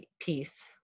piece